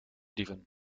dieven